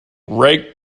rake